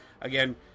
again